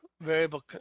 variable